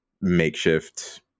makeshift